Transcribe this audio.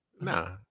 Nah